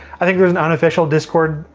i think there's an unofficial discord,